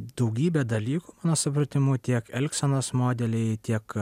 daugybė dalykų mano supratimo tiek elgsenos modeliai tiek